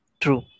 true